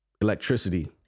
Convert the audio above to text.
Electricity